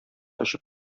очып